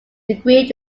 agree